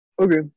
okay